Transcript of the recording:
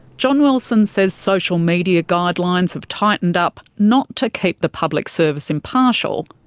john wilson says social media guidelines have tightened up not to keep the public service impartial,